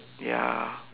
ya